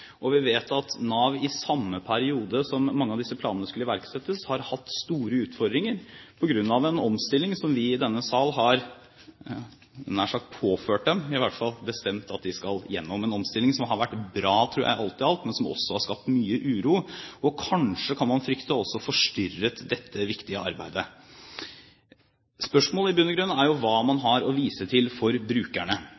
Vi vet at Nav i samme periode som da mange av disse planene skulle iverksettes, har hatt store utfordringer på grunn av den omstilling som vi i denne sal har – jeg hadde nær sagt – påført dem. I hvert fall har vi bestemt at de skal igjennom en omstilling, som alt i alt har vært bra, tror jeg, men som også har skapt mye uro, og kanskje, kan man frykte, også forstyrret dette viktige arbeidet. Spørsmålet er jo i bunn og grunn hva